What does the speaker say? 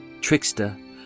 trickster